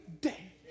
day